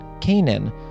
Canaan